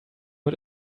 mit